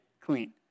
clean